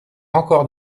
encore